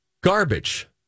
garbage